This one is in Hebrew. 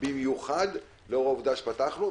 במיוחד לאור העובדה שפתחנו,